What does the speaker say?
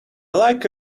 like